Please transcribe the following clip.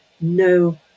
no